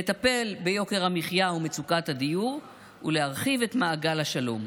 לטפל ביוקר המחיה ומצוקת הדיור ולהרחיב את מעגל השלום.